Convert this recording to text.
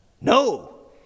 no